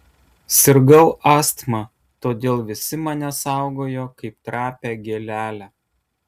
sirgau astma todėl visi mane saugojo kaip trapią gėlelę